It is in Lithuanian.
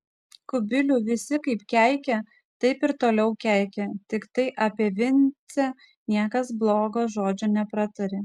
kubilių visi kaip keikė taip ir toliau keikė tiktai apie vincę niekas blogo žodžio nepratarė